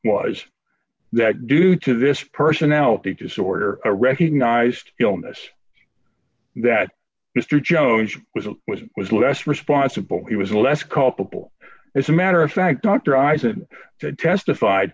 was that due to this personality disorder a recognised illness that mr jones was was was less responsible he was less culpable as a matter of fact dr i said testified